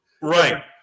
Right